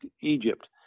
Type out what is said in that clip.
Egypt